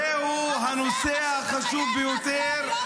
זהו הנושא החשוב ביותר -- הנושא החשוב